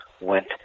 went